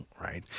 right